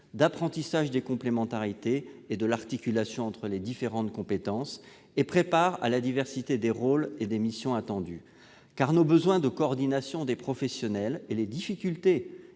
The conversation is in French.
d'apprentissage des complémentarités et d'articulation entre les différentes compétences, afin de préparer à la diversité des rôles et des missions attendues. Car nos besoins de coordination des professionnels et les difficultés